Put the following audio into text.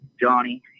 Johnny